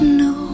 no